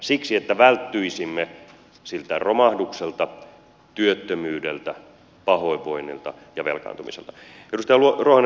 siksi että välttyisimme siltä romahdukselta työttömyydeltä pahoinvoinnilta ja velkaantumiselta